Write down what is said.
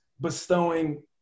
bestowing